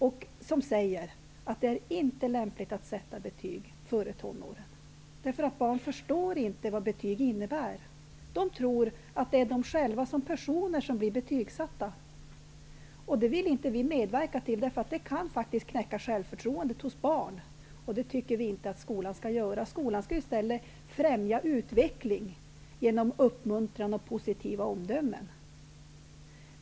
De säger att det inte är lämpligt att sätta betyg före tonåren -- barn förstår inte vad betyg innebär; de tror att det är de själva som personer som blir betygsatta. Och det vill inte vi medverka till -- det kan faktiskt knäcka självförtroendet hos barn, och det tycker vi inte att skolan skall göra. Skolan skall ju i stället främja utveckling genom uppmuntran och positiva omdömen.